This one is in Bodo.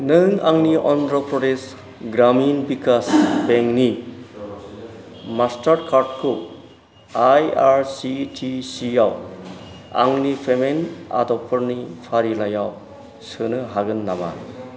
नों आंनि अन्ध्र प्रदेश ग्रामिन बिकास बेंकनि मास्टारकार्डखौ IRCTC आव आंनि पेमेन्ट आदबफोरनि फारिलाइयाव सोनो हागोन नामा